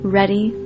ready